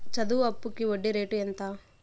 చదువు అప్పుకి వడ్డీ రేటు ఎంత?